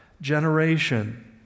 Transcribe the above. generation